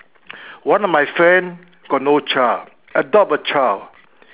one of my friend got no child adopt a child